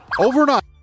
overnight